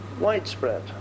widespread